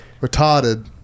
Retarded